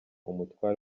umutware